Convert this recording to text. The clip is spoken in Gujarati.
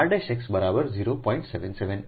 તો r x બરાબર 0